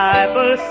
Bible